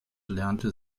lernte